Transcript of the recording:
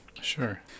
Sure